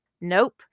Nope